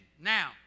Now